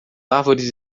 árvores